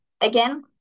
Again